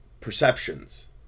perceptions